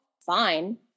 fine